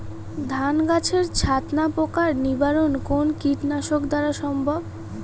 ধান গাছের ছাতনা পোকার নিবারণ কোন কীটনাশক দ্বারা সম্ভব?